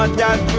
um dad,